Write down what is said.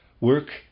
work